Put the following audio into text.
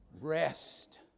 rest